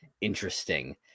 interesting